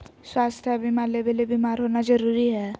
स्वास्थ्य बीमा लेबे ले बीमार होना जरूरी हय?